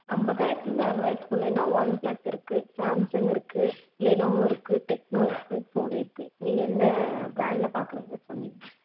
ஐம்பதாயிரத்துலந்து அறுபதாயிரத்துக்குள்ளைன்னா one plus இருக்குது Samsung இருக்குது லெனோவோ இருக்குது டெக்னோ இருக்குது சோனி இருக்குது நீங்கள் எந்த பிராண்ட்ல பார்க்கறீங்க சொன்னீங்கன்னா